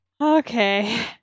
Okay